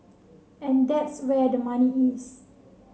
and that's where the money is